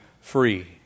free